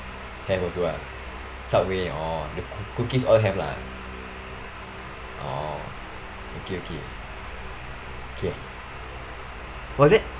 have also ah subway orh the cook~ cookies all have lah orh okay okay okay was there